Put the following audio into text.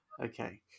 Okay